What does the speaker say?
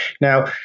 Now